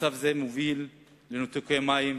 מצב זה מוביל לניתוקי מים,